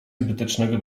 zbytecznego